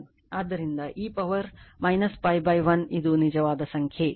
ಆದ್ದರಿಂದ e power π l ಇದು ನಿಜವಾದ ಸಂಖ್ಯೆ